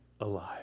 alive